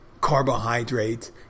carbohydrates